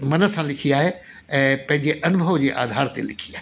मन सां लिखी आहे ऐं पंहिंजे अनुभव जी आधार ते लिखी आहे